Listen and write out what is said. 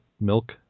milk